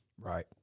Right